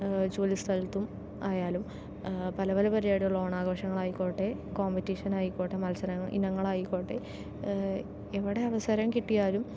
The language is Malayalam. ജോലി സ്ഥലത്തും ആയാലും പല പല പരിപാടികൾ ഓണാഘോഷങ്ങളായിക്കോട്ടേ കോമ്പറ്റീഷനായിക്കോട്ടേ മത്സര ഇനങ്ങളായിക്കോട്ടേ എവിടേ അവസരം കിട്ടിയാലും